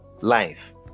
life